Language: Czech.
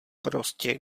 prostě